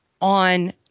on